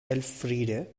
elfriede